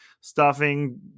Stuffing